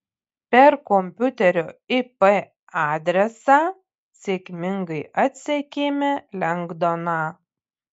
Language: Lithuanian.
per kompiuterio ip adresą sėkmingai atsekėme lengdoną